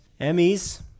Emmys